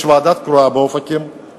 יש ועדה קרואה באופקים,